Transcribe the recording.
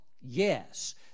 yes